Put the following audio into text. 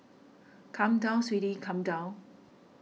come down sweetie come down